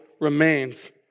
remains